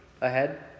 ahead